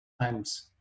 times